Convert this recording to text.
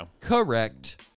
Correct